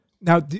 Now